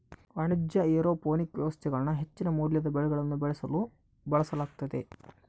ವಾಣಿಜ್ಯ ಏರೋಪೋನಿಕ್ ವ್ಯವಸ್ಥೆಗಳನ್ನು ಹೆಚ್ಚಿನ ಮೌಲ್ಯದ ಬೆಳೆಗಳನ್ನು ಬೆಳೆಸಲು ಬಳಸಲಾಗ್ತತೆ